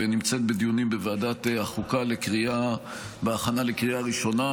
ונמצאת בדיונים בוועדת החוקה בהכנה לקריאה ראשונה,